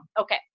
okay